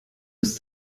ist